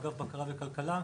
אגף בקרה וכלכלה,